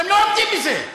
אתם לא עומדים בזה.